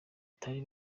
batari